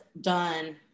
done